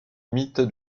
mythe